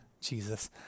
Jesus